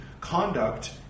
conduct